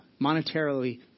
monetarily